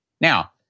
Now